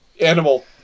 animal